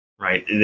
Right